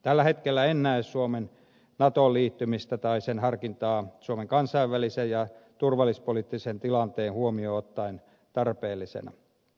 tällä hetkellä en näe suomen natoon liittymistä tai sen harkintaa suomen kansainvälisen ja turvallispoliittisen tilanteen huomioon ottaen tarpeellisena